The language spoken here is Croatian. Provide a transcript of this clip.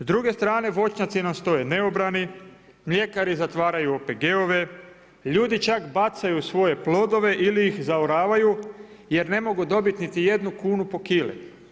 S druge strane voćnjaci nam stoje neobrani, mljekari zatvaraju OPG-ove, ljudi čak bacaju svoje plodove ili ih zaoravaju jer ne mogu dobiti niti jednu kunu po kili.